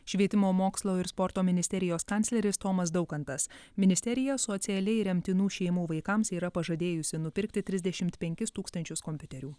švietimo mokslo ir sporto ministerijos kancleris tomas daukantas ministerija socialiai remtinų šeimų vaikams yra pažadėjusi nupirkti trisdešimt penkis tūkstančius kompiuterių